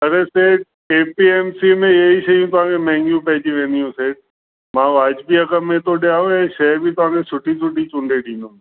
अरे सेठ केपीऐमसी में ये ई शयूं तव्हांखे माहंगियूं पइजी वेंदियूं सेठ मां वाजिबी अघ में थो ॾियाव इहे शइ बि तव्हांखे सुठी सुठी चूंडे ॾींदुमि